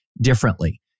differently